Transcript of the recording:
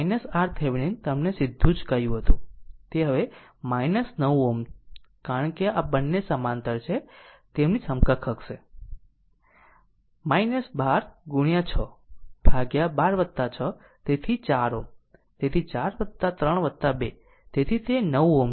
તેથી આ RThevenin RThevenin તમને સીધું જ કહ્યું હતું તે હશે 9 Ω કારણ કે આ બંને સમાંતર છે તેમની સમકક્ષ હશે 12 6 ભાગ્યા 12 6 તેથી 4 Ω તેથી 4 3 2 તેથી તે 9 છે Ω